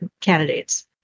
candidates